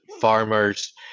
farmers